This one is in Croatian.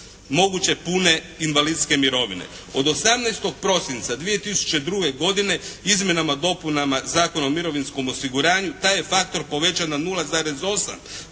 moguće pune invalidske mirovine. Od 18. prosinca 2002. godine izmjenama i dopunama Zakona o mirovinskom osiguranju taj je faktor povećan na 0,8%